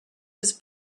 his